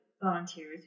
volunteers